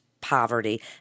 poverty